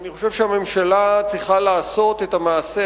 אני חושב שהממשלה צריכה לעשות את המעשה